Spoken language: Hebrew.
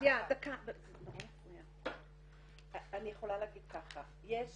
אני יכולה להגיד כך: יש